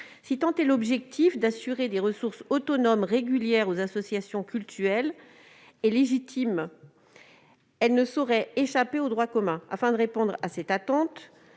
Si l'objectif d'assurer des ressources autonomes régulières aux associations cultuelles est légitime, ces dernières ne sauraient échapper au droit commun. Afin de répondre à cette attente,